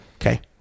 Okay